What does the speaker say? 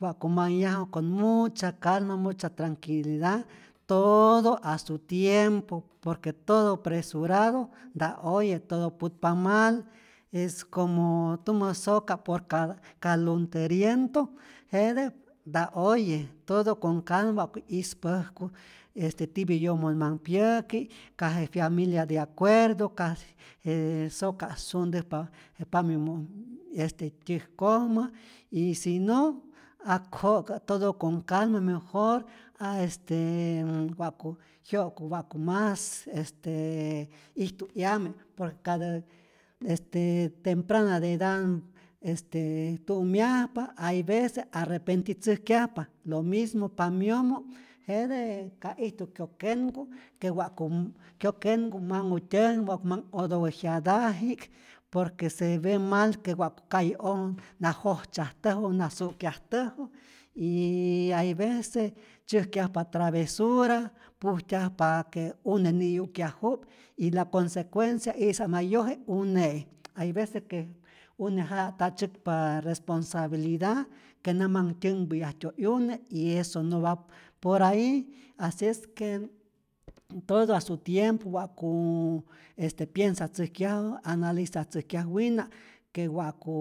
wa'ku manhyaju con mucha calma, mucha tranquilida, todo a su tiempo, por que todo presurado nta oye, todo putpa mal, es como tumä soka' por cal calunteriento jete nta oye', todo con calma wa'ku yispäjku este tipyä yomo nä manh pyäki', ka je fyamilia de acuerdo, ka je soka' suntäjpa je pamyomo' este tyäjkojmä, y si no ak jo'ka, todo con calma, mejor a este wa'ku jyo'ku, wa'ku mas este ijtu 'yame, por que katä este temprana de eda este tu'myajpa hay vece arrepentitzäjkyajpa, lo mismo pamyomo' jete ka ijtu kyokenhku, que wa'ku kyokenhku' manhu tyäjkmä, wa'ku otowe jyata'ji'k, por que se ve mal que wa'ku calle'oj nä jojtzyäjtäju, na su'kyajtäju, yy hay vece tzyäjkyajpa travesura, pujtyajpa que une ni'yu'kyaju'p, y la consecuencia isa' ma yoje' une'i, hay vece que une jata' nta tzyäkpa resposabilida, que na manh tyänhpäyajtyo' 'yune y eso no va por ahi, asi es que todo a su tiempo wa'ku este piensatzäjkyaju, 'yanalizatzäjkyaj wina que wa'ku